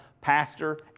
pastor